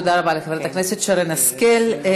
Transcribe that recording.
תודה רבה לחברת הכנסת שרן השכל.